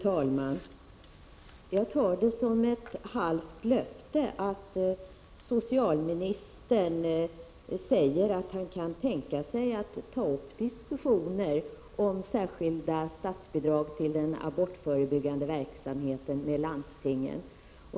Fru talman! Jag tar det som ett halvt löfte när socialministern säger att han kan tänka sig att ta upp diskussionen om särskilda statsbidrag till den abortförebyggande verksamheten med landstingen.